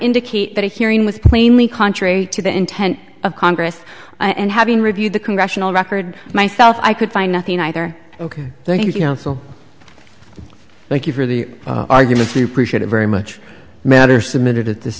indicate that a hearing was plainly contrary to the intent of congress and having reviewed the congressional record myself i could find nothing either ok thank you thank you for the argument very much matter submitted at this